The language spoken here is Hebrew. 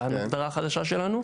זה ההגדרה החדשה שלנו.